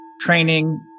training